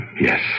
Yes